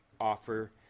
offer